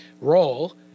role